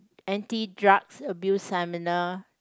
anti drugs abuse seminar